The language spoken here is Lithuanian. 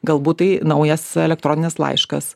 galbūt tai naujas elektroninis laiškas